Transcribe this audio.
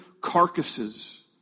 carcasses